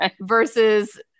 versus